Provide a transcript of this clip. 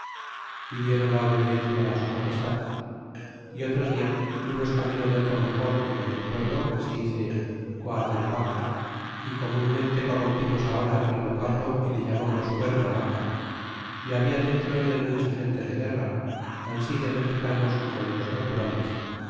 diéron la obediencia su magestad y otro dia fuimos camino de otro mejor y mayor pueblo que se dice coadalbaca y comunmente corrompimos ahora aquel vocablo y le llamamos cuernabaca y habla dentro en él mucha gente de guerra ansi de mexicanos como de los naturales